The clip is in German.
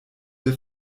wir